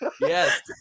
Yes